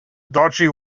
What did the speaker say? dodgy